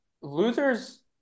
losers